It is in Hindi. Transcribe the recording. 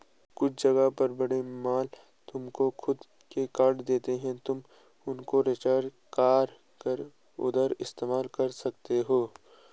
कुछ जगह पर बड़े मॉल तुमको खुद के कार्ड देते हैं तुम उनको रिचार्ज करा कर उधर इस्तेमाल कर सकते हो